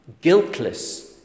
guiltless